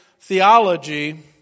theology